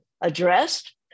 addressed